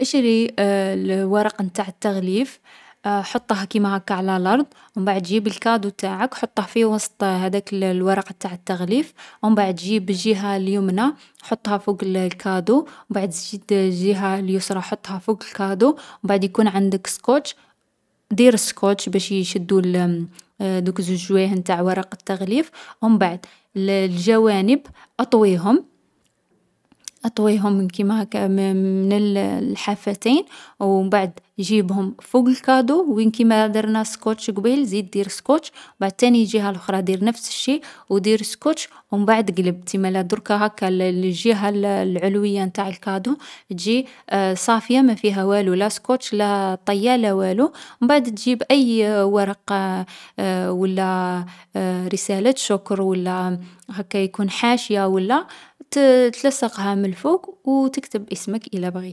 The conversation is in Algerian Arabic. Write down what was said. حط الورق تاع التغليف على لرض. و مبعد جيب الكادو تاعك حطّه في وسط هاذاك الورق تاع التغليف. اطوي الورق على الكادو من الجهة ليمنى و من الجهة ليسرى و لصّق بسكوتش. زيد اطوي الورق على الكادو من الأطراف و لصّق بسكوتش. حط ورق التغليف فوق الجهة الباقية بلا تغليف في الكادة و دير نفس العملية و لصّق بسكوتش. و مبعد حط رسالة و لا حاشية كيما تبغي فوق الكادو.